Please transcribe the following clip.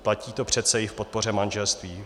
Platí to přece i v podpoře manželství.